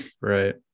Right